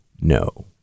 no